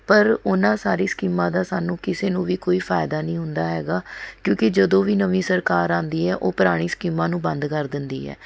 ਪਰ ਉਨ੍ਹਾਂ ਸਾਰੀ ਸਕੀਮਾਂ ਦਾ ਸਾਨੂੰ ਕਿਸੇ ਨੂੰ ਵੀ ਕੋਈ ਫਾਇਦਾ ਨਹੀਂ ਹੁੰਦਾ ਹੈ ਕਿਉਂਕਿ ਜਦੋਂ ਵੀ ਨਵੀਂ ਸਰਕਾਰ ਆਉਂਦੀ ਹੈ ਉਹ ਪੁਰਾਣੀ ਸਕੀਮਾਂ ਨੂੰ ਬੰਦ ਕਰ ਦਿੰਦੀ ਹੈ